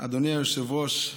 אדוני היושב-ראש,